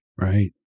right